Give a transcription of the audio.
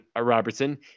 Robertson